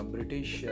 British